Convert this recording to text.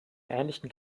ähnlichen